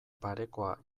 parekoa